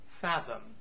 fathom